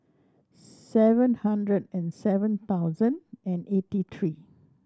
seven hundred and seven thousand and eighty three